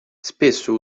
spesso